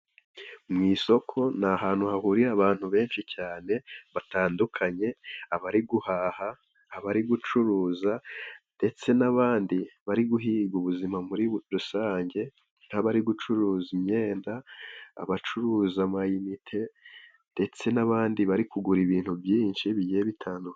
Mu isoko ni ahantu hahuriye abantu benshi cyane batandukanye, abari guhaha abari gucuruza ndetse n'abandi bari guhiga ubuzima. Muri rusange nabari gucuruza imyenda n'abacuruza ama inite, ndetse n'abandi bari kugura ibintu byinshi bigiye bitandukanye.